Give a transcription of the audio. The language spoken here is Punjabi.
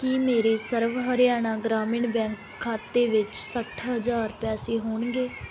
ਕੀ ਮੇਰੇ ਸਰਵ ਹਰਿਆਣਾ ਗ੍ਰਾਮੀਣ ਬੈਂਕ ਖਾਤੇ ਵਿੱਚ ਸੱਠ ਹਜ਼ਾਰ ਪੈਸੇ ਹੋਣਗੇ